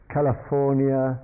California